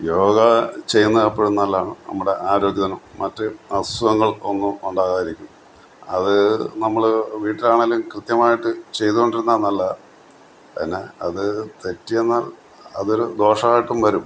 യോഗ ചെയ്യുന്ന എപ്പോഴും നല്ലതാണ് നമ്മുടെ ആരോഗ്യത്തിനും മറ്റ് അസുഖങ്ങൾ ഒന്നും ഉണ്ടാകാതിരിക്കും അതു നമ്മൾ വീട്ടിലാണെങ്കിലും കൃത്യമായിട്ട് ചെയ്തുകൊണ്ടിരുന്ന നല്ലതാണ് പിന്നെ അതു തെറ്റിയെന്നാൽ അതൊരു ദോഷമായിട്ടും വരും